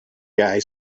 guy